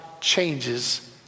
changes